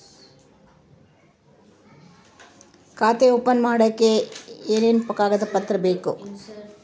ಖಾತೆ ಓಪನ್ ಮಾಡಕ್ಕೆ ಏನೇನು ಕಾಗದ ಪತ್ರ ಬೇಕು?